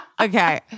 Okay